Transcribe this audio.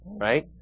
right